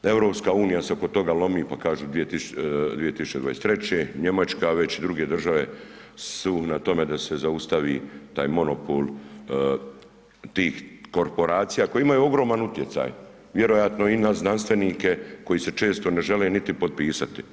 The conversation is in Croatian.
Da EU se oko toga lomi pa kažu 2023., Njemačka već, druge države su na tome da se zaustavi taj monopol tih korporacija koje imaju ogroman utjecaj vjerojatno i na znanstvenike koji se često ne žele niti potpisati.